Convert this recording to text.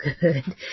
good